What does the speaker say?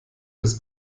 des